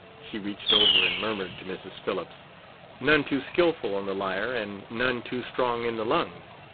she reached over and murmured to mrs. phillips none too skillful on the lyre, and none too strong in the lungs.